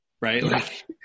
Right